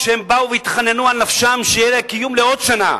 והם באו והתחננו על נפשם שיהיה להם קיום לעוד שנה.